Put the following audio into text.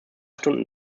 stunden